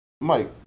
Mike